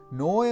no